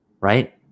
right